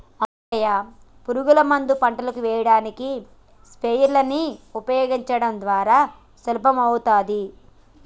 అవును రంగయ్య పురుగుల మందు పంటకు ఎయ్యడానికి స్ప్రయెర్స్ నీ ఉపయోగించడం ద్వారా సులభమవుతాది